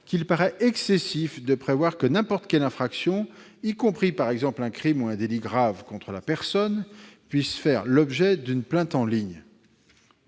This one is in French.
« Il paraît excessif de prévoir que n'importe quelle infraction, y compris par exemple un crime ou un délit grave contre la personne, puisse faire l'objet d'une plainte en ligne